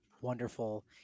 wonderful